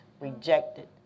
rejected